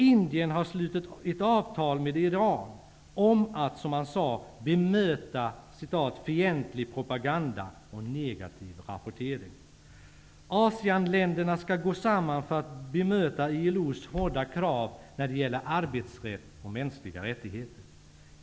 Indien har slutit ett avtal med Iran om att, som man sade, bemöta ''fientlig propaganda och negativ rapportering''. Asean-länderna skall gå samman för att bemöta ILO:s hårda krav när det gäller arbetsrätt och mänskliga rättigheter.